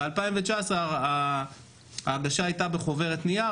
ב-2019 ההגשה הייתה בחוברת נייר,